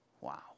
Wow